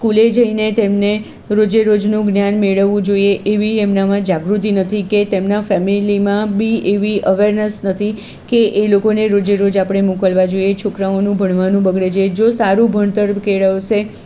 સ્કૂલે જઈને તેમને રોજેરોજનું જ્ઞાન મેળવવું જોઈએ એવી એમનામાં જાગૃતિ નથી કે તેમના ફેમિલીમાં બી એવી અવેરનેસ નથી કે એ લોકોને રોજેરોજ આપણે મોકલવા જોઈએ છોકરાઓનું ભણવાનું બગડે જે જો સારું ભણતર કેળવશે